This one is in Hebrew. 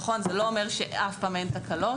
נכון, זה לא אומר שאף פעם אין תקלות,